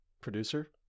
producer